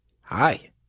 Hi